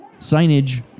Signage